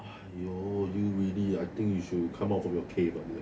!aiyo! you really I think you should come out from your cave ah